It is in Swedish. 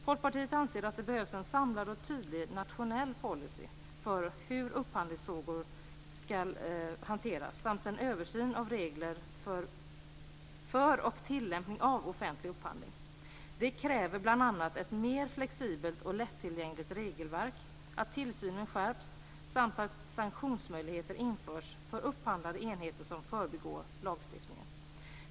Folkpartiet anser att det behövs en samlad och tydlig nationell policy för upphandlingsfrågor samt en översyn av regler för och tillämpning av offentlig upphandling. Det kräver bl.a. ett mer flexibelt och lättillgängligt regelverk, att tillsynen skärps samt att sanktionsmöjligheter införs för upphandlande enheter som förbigår lagstiftningen.